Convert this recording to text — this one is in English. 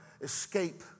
escape